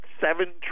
seven